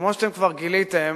כמו שכבר גיליתם,